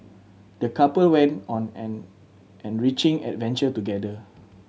the couple went on an enriching adventure together